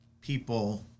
people